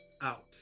out